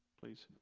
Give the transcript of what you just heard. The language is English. please?